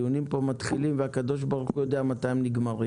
הדיונים פה מתחילים והקדוש ברוך הוא יודע מתי הם נגמרים.